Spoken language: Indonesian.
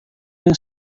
yang